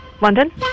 London